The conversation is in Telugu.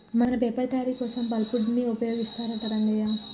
మన పేపర్ తయారీ కోసం పల్ప్ వుడ్ ని ఉపయోగిస్తారంట రంగయ్య